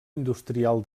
industrial